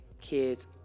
kids